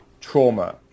trauma